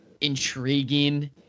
intriguing